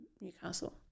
Newcastle